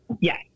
Yes